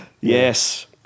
Yes